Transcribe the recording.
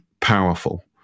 powerful